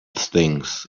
things